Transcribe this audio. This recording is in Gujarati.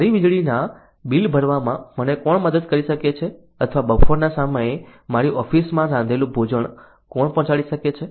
મારા વીજળીના બિલ ભરવામાં મને કોણ મદદ કરી શકે છે અથવા બપોરના સમયે મારી ઓફિસમાં રાંધેલું ભોજન કોણ પહોંચાડી શકે છે